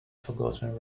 forgotten